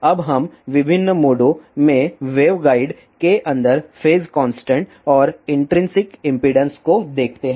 अब हमें विभिन्न मोडों में वेवगाइड के अंदर फेज कांस्टेंट और इन्ट्रिंसिक इम्पीडेन्स को देखते हैं